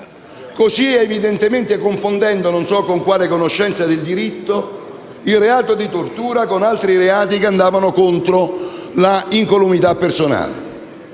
così evidentemente confondendo - non so con qual conoscenza del diritto - il reato di tortura con altri reati che andavano contro l'incolumità personale.